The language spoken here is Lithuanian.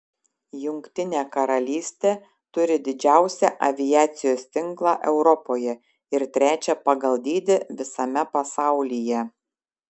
jungtinė karalystė turi didžiausią aviacijos tinklą europoje ir trečią pagal dydį visame pasaulyje